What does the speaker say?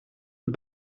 het